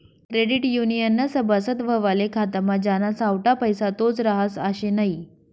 credit युनियननं सभासद व्हवाले खातामा ज्याना सावठा पैसा तोच रहास आशे नै